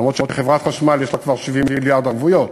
למרות שלחברת חשמל יש כבר 70 מיליארד ערבויות,